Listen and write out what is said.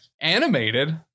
animated